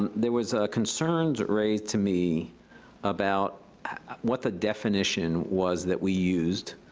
and there was concerns raised to me about what the definition was that we used,